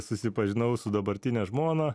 susipažinau su dabartine žmona